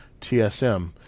TSM